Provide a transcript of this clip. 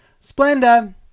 Splenda